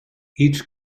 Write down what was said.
each